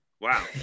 wow